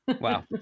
Wow